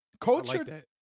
culture